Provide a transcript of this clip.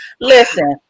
listen